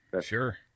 Sure